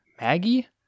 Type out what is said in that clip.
Maggie